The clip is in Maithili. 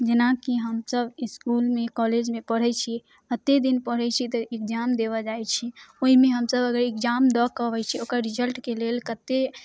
जेनाकि हमसभ इसकूलमे कॉलेजमे पढ़ै छियै अते दिन पढ़ै छी तऽ इग्जाम देबऽ जाइ छी ओइमे हमसभ अगर इग्जाम दऽ कऽ अबै छी ओकर रिजल्टके लेल कते